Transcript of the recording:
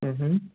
ꯎꯝ ꯍꯨꯝ